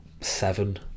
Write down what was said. seven